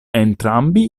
entrambi